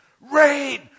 rain